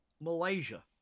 Malaysia